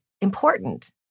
important—